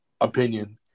opinion